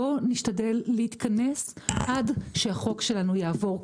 בואו נשתדל להתכנס עד שהחוק שלנו יעבור,